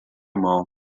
mão